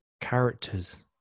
characters